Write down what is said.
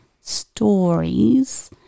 stories